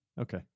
Okay